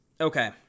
Okay